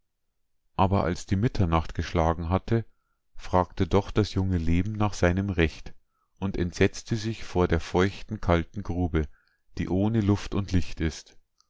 aber als die mitternacht geschlagen hatte fragte doch das junge leben nach seinem recht und entsetzte sich vor der feuchten kalten grube die ohne luft und licht ist